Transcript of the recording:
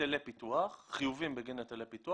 היטלי פיתוח, חיובים בגין היטלי פיתוח.